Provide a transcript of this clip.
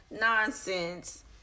nonsense